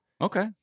okay